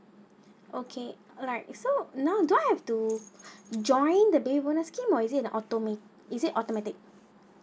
okay alright so now do I have to join the baby bonus scheme or is it a automa~ is it automatic